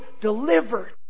delivered